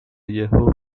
یهو